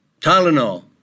Tylenol